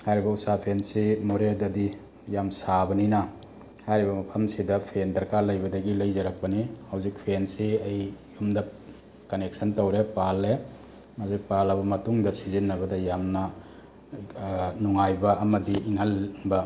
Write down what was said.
ꯍꯥꯏꯔꯤꯕ ꯎꯁꯥ ꯐꯦꯟꯁꯤ ꯃꯣꯔꯦꯗꯗꯤ ꯌꯥꯝ ꯁꯥꯕꯅꯤꯅ ꯍꯥꯏꯔꯤꯕ ꯃꯐꯝꯁꯤꯗ ꯐꯦꯟ ꯗꯔꯀꯥꯔ ꯂꯩꯕꯗꯒꯤ ꯂꯩꯖꯔꯛꯄꯅꯤ ꯍꯧꯖꯤꯛ ꯐꯦꯟꯁꯤ ꯑꯩ ꯌꯨꯝꯗ ꯀꯅꯦꯛꯁꯟ ꯇꯧꯔꯦ ꯄꯥꯜꯂꯦ ꯑꯗꯨ ꯄꯥꯜꯂꯕ ꯃꯇꯨꯡꯗ ꯁꯤꯖꯤꯟꯅꯕꯗ ꯌꯥꯝꯅ ꯅꯨꯡꯉꯥꯏꯕ ꯑꯃꯗꯤ ꯏꯪꯍꯟꯕ